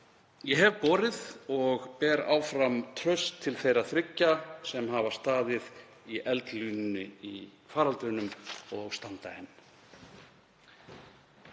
Ég hef borið og ber áfram traust til þeirra þriggja sem hafa staðið í eldlínunni í faraldrinum og standa enn.